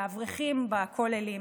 לאברכים בכוללים,